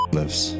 lives